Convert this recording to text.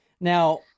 now